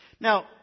Now